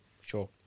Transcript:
sure